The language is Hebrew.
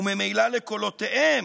וממילא לקולותיהם,